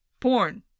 porn